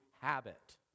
habit